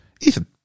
Ethan